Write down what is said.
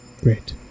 Great